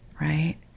right